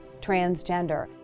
transgender